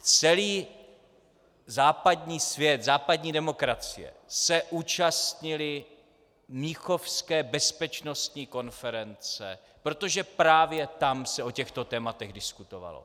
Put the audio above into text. Celý západní svět, západní demokracie se účastnily mnichovské bezpečnostní konference, protože právě tam se o těchto tématech diskutovalo.